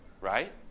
right